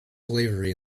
slavery